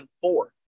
four